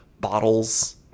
bottles